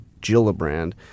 Gillibrand